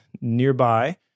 nearby